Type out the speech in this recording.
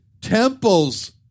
temples